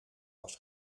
was